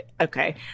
Okay